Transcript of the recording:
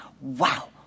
wow